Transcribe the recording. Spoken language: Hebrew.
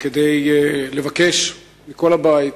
כדי לבקש מכל הבית,